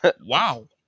Wow